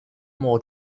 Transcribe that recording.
more